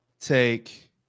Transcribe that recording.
take